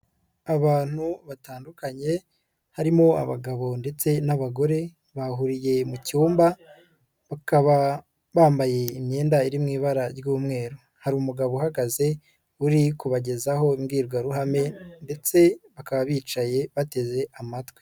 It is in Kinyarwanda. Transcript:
Abantu batandukanye harimo abagabo ndetse n'abagore bahuriye mu cyumba bakaba bambaye imyenda iri mu ibara ry'umweru, hari umugabo uhagaze uri kubagezaho imbwirwaruhame ndetse bakaba bicaye bateze amatwi.